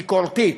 ביקורתית,